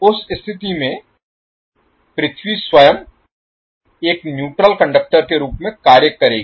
उस स्थिति में पृथ्वी स्वयं एक न्यूट्रल कंडक्टर के रूप में कार्य करेगी